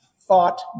thought